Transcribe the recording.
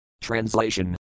Translation